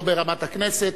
לא ברמת הכנסת,